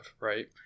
right